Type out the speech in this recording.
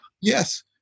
yes